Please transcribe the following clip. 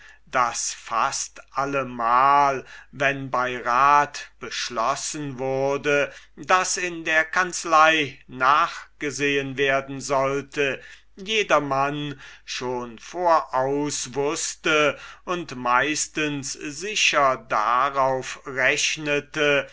daß fast allemal wenn bei rat beschlossen wurde daß in der kanzlei nachgesehen werden sollte jedermann schon voraus wußte und meistens sicher darauf rechnete